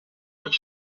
faire